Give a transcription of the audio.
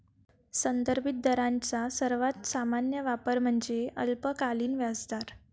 संदर्भित दरांचा सर्वात सामान्य वापर म्हणजे अल्पकालीन व्याजदर